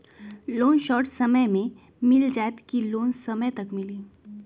Loan short समय मे मिल जाएत कि लोन समय तक मिली?